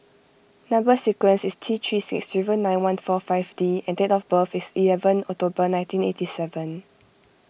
Number Sequence is T three six zero nine one four five D and date of birth is eleven October nineteen eighty seven